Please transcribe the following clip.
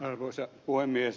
arvoisa puhemies